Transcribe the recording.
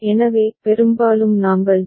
எனவே பெரும்பாலும் நாங்கள் ஜே